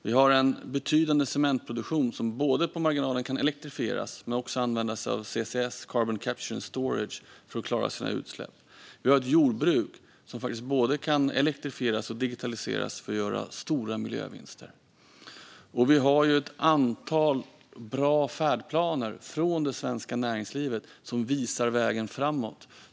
Vi har en betydande cementproduktion som kan elektrifieras på marginalen men också använda sig av CCS, carbon capture and storage, för att klara sina utsläpp. Vi har ett jordbruk som faktiskt kan både elektrifieras och digitaliseras för att göra stora miljövinster. Vi har även ett antal bra färdplaner från det svenska näringslivet som visar vägen framåt.